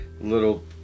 little